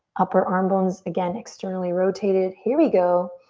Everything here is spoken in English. upper arm bones, again, externally rotated. here we go.